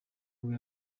nibwo